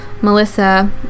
Melissa